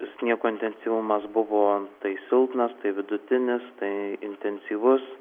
sniego intensyvumas buvo tai silpnas tai vidutinis tai intensyvus